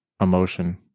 emotion